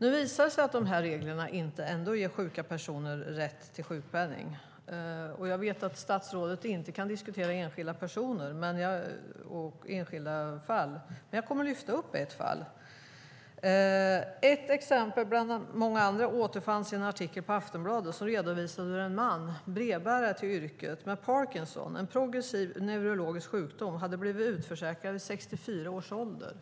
Nu visar det sig att reglerna ändå inte ger sjuka personer rätt till sjukpenning. Jag vet att statsrådet inte kan diskutera enskilda personer och enskilda fall. Men jag kommer att lyfta upp ett fall. Ett exempel bland många andra återfanns i en artikel i Aftonbladet som redovisade att en man som är brevbärare till yrket och som har Parkinson - en progressiv neurologisk sjukdom - hade blivit utförsäkrad vid 64 års ålder,